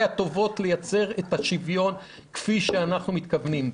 הטובות לייצר את השוויון כפי שאנחנו מתכוונים אליו.